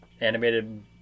animated